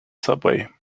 subway